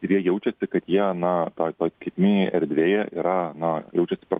ir jie jaučiasi kad jie na toj toj skaitmeninėj erdvėje yra na jaučiasi per